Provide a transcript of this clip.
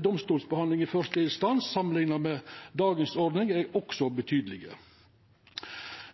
domstolsbehandling i første instans samanlikna med dagens ordning er også betydelege.